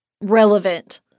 relevant